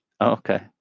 Okay